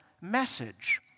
message